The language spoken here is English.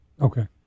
Okay